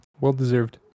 well-deserved